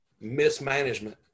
mismanagement